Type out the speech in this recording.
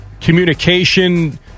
communication